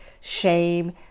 shame